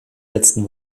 letzten